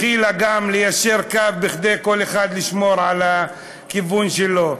התחילה ליישר קו, כל אחד כדי לשמור על הכיוון שלו.